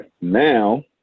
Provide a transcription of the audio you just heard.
Now